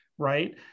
right